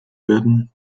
werden